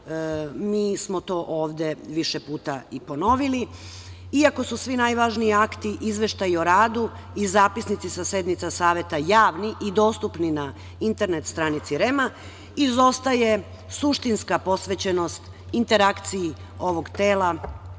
Mi smo to ovde više puta i ponovili, iako su svi najvažniji akti, izveštaji o radu i zapisnici sa sednica Saveta javni i dostupni na internet stranici REM izostaje suštinska posvećenost interakciji ovog tela sa